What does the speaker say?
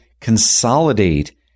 consolidate